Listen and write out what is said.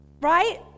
right